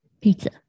Pizza